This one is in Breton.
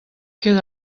ket